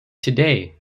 today